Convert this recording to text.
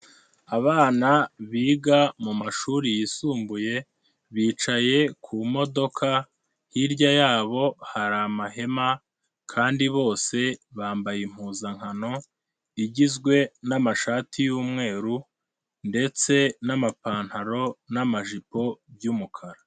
Abana biga mu mashuri yisumbuye bicaye ku modoka hirya yabo hari amahema kandi bose bambaye impuzankano igizwe n'amashati y'umweru ndetse n'amapantaro n'amajipo by'umukara.